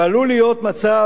ועלול להיות מצב,